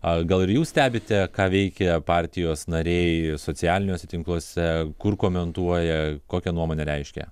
a gal ir jūs stebite ką veikia partijos nariai socialiniuose tinkluose kur komentuoja kokią nuomonę reiškia